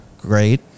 great